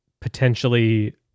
potentially